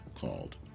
called